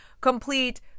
complete